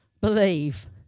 believe